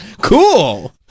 Cool